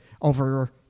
over